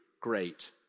great